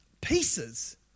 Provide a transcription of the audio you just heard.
pieces